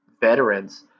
veterans